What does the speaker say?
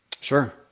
Sure